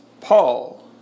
Paul